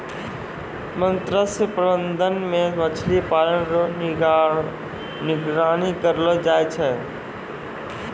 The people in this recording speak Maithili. मत्स्य प्रबंधन मे मछली पालन रो निगरानी करलो जाय छै